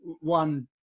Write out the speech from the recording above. one